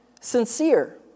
sincere